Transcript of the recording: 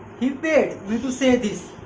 he paid me to say this.